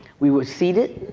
we were seated.